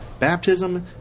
baptism